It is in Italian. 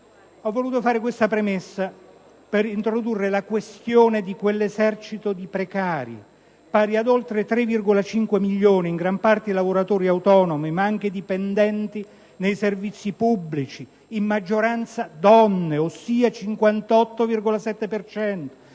Ho voluto fare questa premessa per introdurre la questione dell'esercito dei precari, pari ad oltre 3,5 milioni, in gran parte lavoratori autonomi, ma anche dipendenti nei servizi pubblici, in maggioranza donne, ossia 58,7